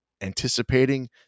anticipating